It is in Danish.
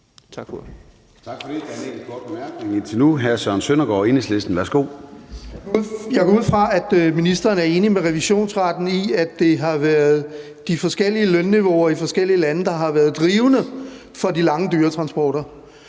Tak for det.